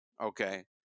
Okay